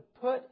put